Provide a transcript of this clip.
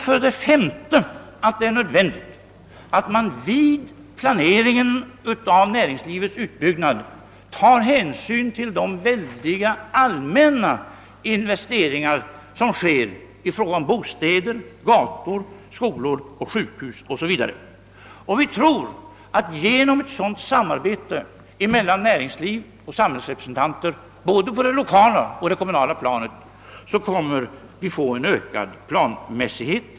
Vi tror att det är nödvändigt att man vid planeringen av näringslivets utbyggnad tar hänsyn till de väldiga allmänna investeringar, som sker i fråga om bostäder, vägar, skolor, sjukhus, 0.S. V. Vi tror att man genom ett sådant samarbete mellan näringslivets och samhällets representanter, både på det statliga och kommunala planet, kommer att få till stånd ökad planmässighet.